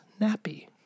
nappy